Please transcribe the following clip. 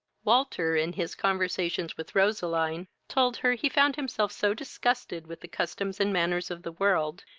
walter, in his conversations with roseline, told her, he found himself so disgusted with the customs and manners of the world,